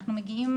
אנחנו מגיעים,